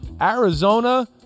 Arizona